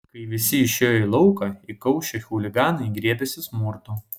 kai visi išėjo į lauką įkaušę chuliganai griebėsi smurto